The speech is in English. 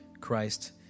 Christ